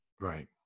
Right